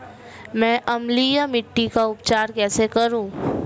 मैं अम्लीय मिट्टी का उपचार कैसे करूं?